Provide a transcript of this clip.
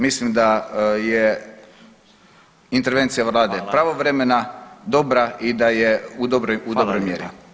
Mislim da je intervencija vlade pravovremena, dobra i da je u dobroj mjeri.